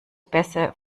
bässe